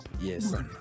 yes